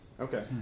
Okay